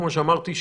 כמו שאמרתי,